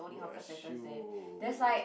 !wah! shiok